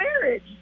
marriage